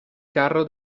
carro